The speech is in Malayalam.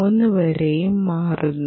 0 വരെയും മാറുന്നു